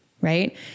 right